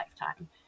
lifetime